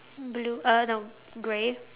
blue uh no grey